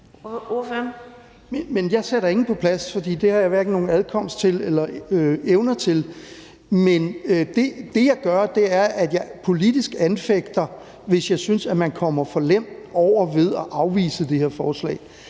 jeg sætter ingen på plads, for det har jeg hverken nogen adkomst til eller evner til. Men det, jeg gør, er, at jeg politisk anfægter det, hvis jeg synes, at man kommer for nemt om ved at afvise det her forslag.